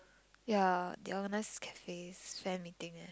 ya they organize cafes fan meeting eh